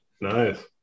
Nice